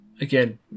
Again